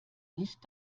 nicht